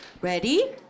Ready